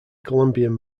columbian